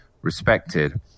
respected